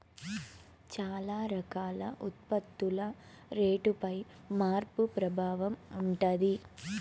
చాలా రకాల ఉత్పత్తుల రేటుపై మార్పు ప్రభావం ఉంటది